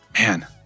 Man